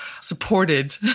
supported